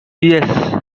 yes